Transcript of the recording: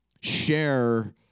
share